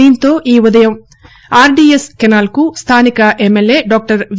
దీంతో ఈ ఉదయం ఆర్డిఎస్ కెనాల్కు స్థానిక ఎంఎల్ఏ డాక్టర్ వి